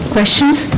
Questions